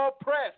oppressed